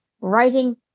writing